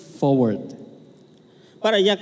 forward